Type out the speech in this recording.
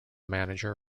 manager